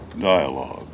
dialogue